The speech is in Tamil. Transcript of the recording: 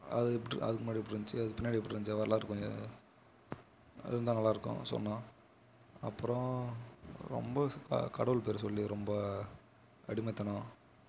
அதுக்கு எப்படி அதுக்கு முன்னாடி எப்படி இருந்துச்சி அதுக்கு பின்னாடி எப்படி இருந்துச்சி வரலாறு கொஞ்சம் அது இருந்தா நல்லா இருக்கும் சொன்னா அப்புறோம் ரொம்ப கடவுள் பேரை சொல்லி ரொம்ப அடிமைத்தனோம்